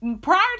prior